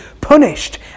punished